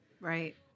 Right